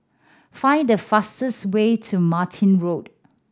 find the fastest way to Martin Road